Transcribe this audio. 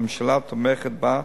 הממשלה תומכת בה,